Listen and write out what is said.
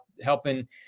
helping